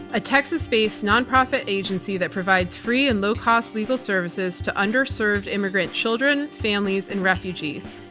a texas-based nonprofit agency that provides free and low-cost legal services to underserved immigrant children, families, and refugees.